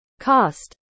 cost